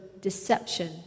deception